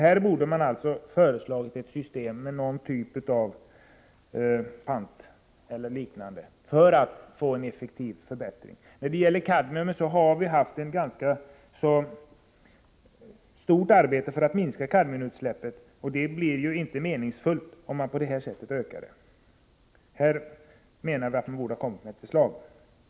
Här borde man ha föreslagit ett system med någon typ av pant eller liknande för att få en effektiv förbättring till stånd. När det gäller kadmium har vi redan gjort ett ganska stort arbete för att minska utsläppen. Det arbetet blir ju inte meningsfullt, om man ökar kadmiumutsläppen på det här sättet. Vi menar att regeringen här borde ha lagt fram ett förslag.